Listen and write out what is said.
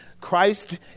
Christ